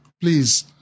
Please